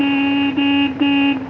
he